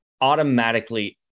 automatically